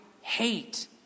hate